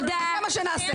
זה מה שנעשה.